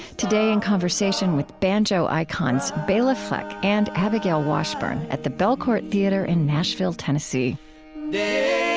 today, in conversation with banjo icons bela fleck and abigail washburn at the belcourt theatre in nashville, tennessee yeah